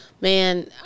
man